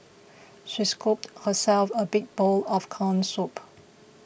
she scooped herself a big bowl of Corn Soup